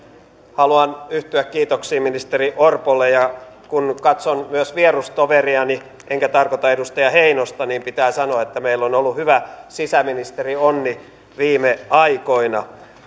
haluan yhtyä kiitoksiin ministeri orpolle ja kun katson myös vierustoveriani enkä tarkoita edustaja heinosta niin pitää sanoa että meillä on ollut hyvä sisäministerionni viime aikoina